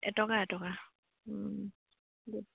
এটকা এটকা গোট